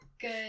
Good